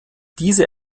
diese